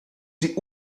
die